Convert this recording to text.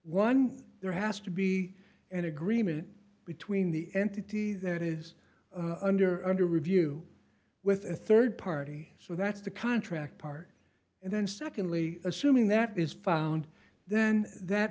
one there has to be an agreement between the entity that is under under review with a rd party so that's the contract part and then secondly assuming that is found then that